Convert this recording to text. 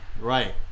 right